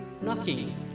knocking